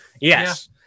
yes